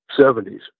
seventies